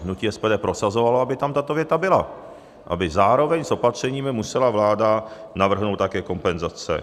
Hnutí SPD prosazovalo, aby tam tato věta byla, aby zároveň s opatřeními musela vláda navrhnout také kompenzace.